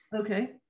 Okay